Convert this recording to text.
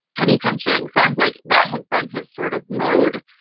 penny pinching sounds like that has been his sort of mode,